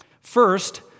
First